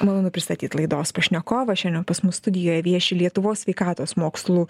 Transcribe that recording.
malonu pristatyt laidos pašnekovą šiandien pas mus studijoj vieši lietuvos sveikatos mokslų